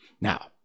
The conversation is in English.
Now